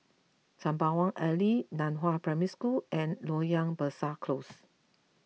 Sembawang Alley Nan Hua Primary School and Loyang Besar Close